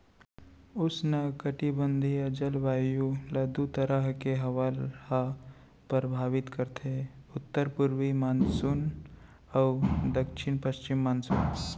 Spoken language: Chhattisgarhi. उस्नकटिबंधीय जलवायु ल दू तरह के हवा ह परभावित करथे उत्तर पूरवी मानसून अउ दक्छिन पस्चिम मानसून